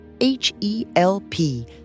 H-E-L-P